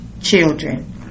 children